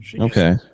Okay